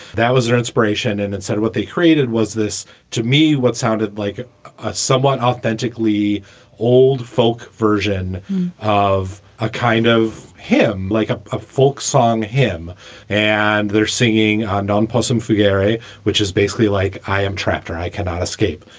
that was their inspiration. and instead, sort of what they created was this to me, what sounded like a somewhat authentically old folk version of a kind of him like ah a folk song, him and their singing on don possum for gary, which is basically like i am trapped or i cannot escape.